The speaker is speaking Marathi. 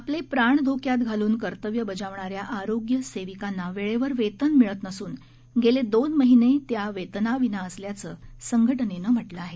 आपले प्राण धोक्यात घालून कर्तव्य बजावणाऱ्या आरोग्य सेविकांना वेळेवर वेतन मिळत नसून गेले दोन महिने त्या वेतनाविना असल्याचं संघटनेनं म्हटलं आहे